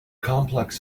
complex